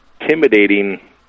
intimidating